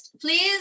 please